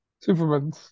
Superman